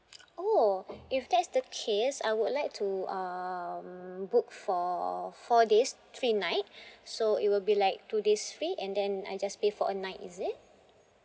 oh if that's the case I would like to um book for four days three night so it will be like two days free and then I just pay for a night is it